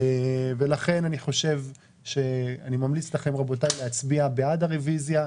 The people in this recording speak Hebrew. לכן אני ממליץ לכם להצביע בעד הרביזיה,